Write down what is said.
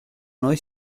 noi